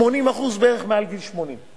80% בערך מעל גיל 80,